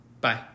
Bye